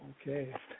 Okay